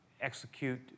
execute